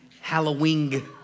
Halloween